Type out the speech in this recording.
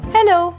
Hello